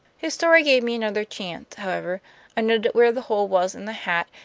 his story gave me another chance, however i noted where the hole was in the hat,